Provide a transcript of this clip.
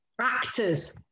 actors